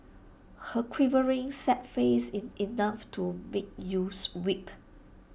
her quivering sad face is enough to make you weep